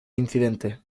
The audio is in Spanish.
incidente